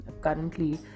currently